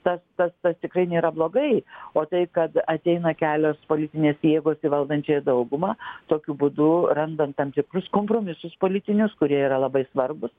tas tas tas tikrai nėra blogai o tai kad ateina kelios politinės jėgos į valdančiąją daugumą tokiu būdu randant tam tikrus kompromisus politinius kurie yra labai svarbūs